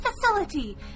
facility